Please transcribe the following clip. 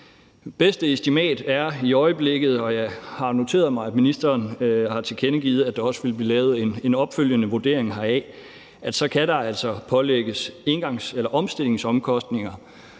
bedste estimat er i øjeblikket – og jeg har noteret mig, at ministeren har tilkendegivet, at der også vil blive lavet en opfølgende vurdering heraf – at der altså kan pålægges omstillingsomkostninger